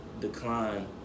decline